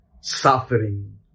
suffering